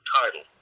title